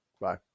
Bye